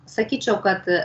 sakyčiau kad